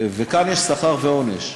וכאן יש שכר ועונש,